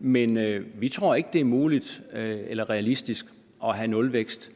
Men vi tror ikke, at det er muligt eller realistisk at have nulvækst